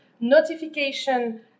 notification